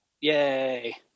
Yay